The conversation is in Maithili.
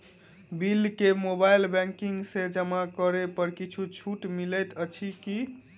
बिल केँ मोबाइल बैंकिंग सँ जमा करै पर किछ छुटो मिलैत अछि की?